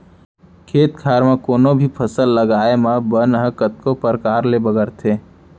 खेत खार म कोनों भी फसल लगाए म बन ह कतको परकार ले बगरथे